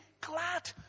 glad